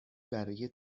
برای